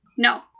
No